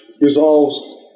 resolves